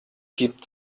gibt